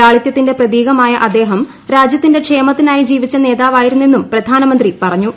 ലാളിത്യത്തിന്റെ പ്രതീകമായ അദ്ദേഹം രാജ്യത്തിന്റെ ക്ഷേമത്തിനായി ജീപ്പിച്ച് നേതാവായിരുന്നെന്നും പ്രധാനമന്ത്രി പറഞ്ഞു